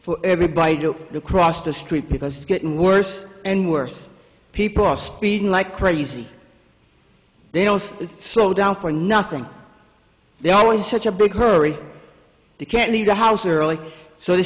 for everybody i do across the street because it's getting worse and worse people are speeding like crazy they don't slow down for nothing they always such a big hurry they can't leave the house early so the